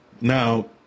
now